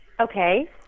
Okay